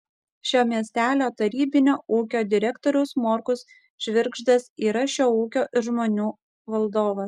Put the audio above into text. šio miestelio tarybinio ūkio direktorius morkus žvirgždas yra šio ūkio ir žmonių valdovas